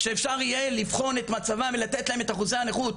שאפשר יהיה לבחון את מצבן ולתת להן את אחוזי הנכות,